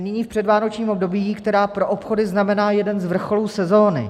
Nyní jsme v předvánočním období, které pro obchody znamená jeden z vrcholů sezóny.